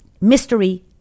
mystery